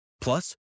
Plus